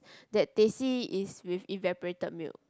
that teh C is with evaporated milk